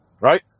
Right